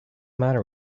matter